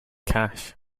cash